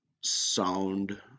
sound